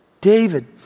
David